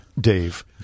Dave